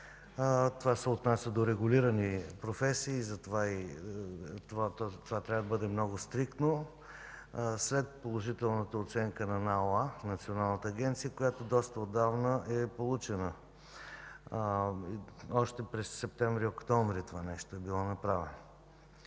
Това се отнася до регулирани професии, затова то трябва да бъде много стриктно, след положителната оценка на Националната агенция, на НАОА, която доста отдавна е получена, още през септември – октомври това нещо е било направено.